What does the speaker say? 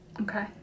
Okay